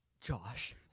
Josh-